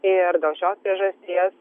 ir dėl šios priežasties